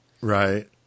Right